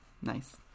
Nice